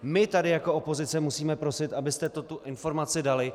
My tady jako opozice musíme prosit, abyste tu informaci dali.